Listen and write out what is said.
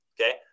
okay